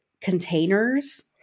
containers